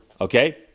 okay